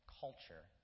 culture